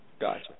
Gotcha